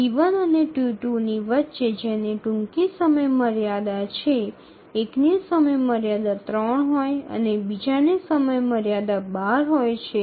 T1 અને T2 ની વચ્ચે જેની ટૂંકી સમયમર્યાદા છે એકની સમયમર્યાદા ૩ હોય છે અને બીજાની સમયમર્યાદા ૧૨ હોય છે